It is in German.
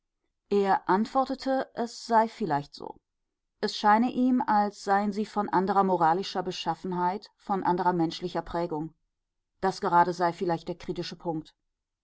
er antwortete es sei vielleicht so es scheine ihm als seien sie von anderer moralischer beschaffenheit von anderer menschlicher prägung das gerade sei vielleicht der kritische punkt